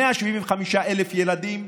175,000 ילדים,